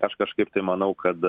aš kažkaip tai manau kad